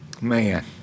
man